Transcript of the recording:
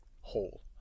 whole